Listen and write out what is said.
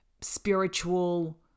spiritual